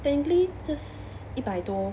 technically 这一百多